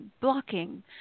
blocking